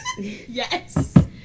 Yes